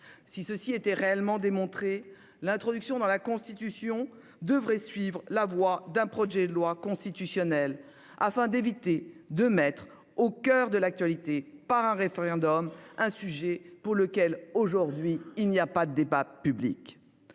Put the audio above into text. Si ceux-ci étaient réellement démontrés, l'introduction dans la Constitution devrait suivre la voie d'un projet de loi constitutionnelle afin d'éviter de mettre au coeur de l'actualité, par un référendum, un sujet sur lequel il n'y a pas de débat public.